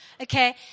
okay